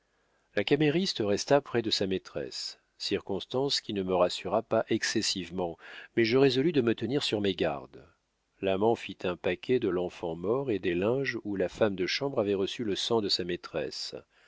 la camériste resta près de sa maîtresse circonstance qui ne me rassura pas excessivement mais je résolus de me tenir sur mes gardes l'amant fit un paquet de l'enfant mort et des linges où la femme de chambre avait reçu le sang de sa maîtresse